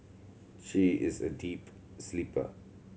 she is a deep sleeper